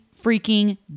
freaking